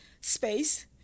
space